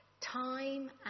time